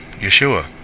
Yeshua